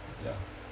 ya